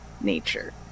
nature